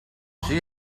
she